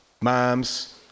moms